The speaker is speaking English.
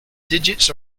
digits